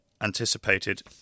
anticipated